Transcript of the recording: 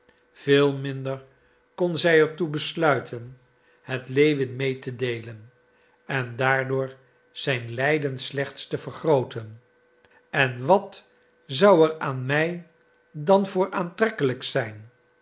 veel minder kon zij er toe besluiten het lewin mee te deelen en daardoor zijn lijden slechts te vergrooten en wat zou er aan mij dan voor aantrekkelijks zijn